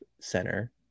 center